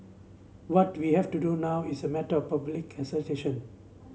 what we have to do now is a matter of public assertion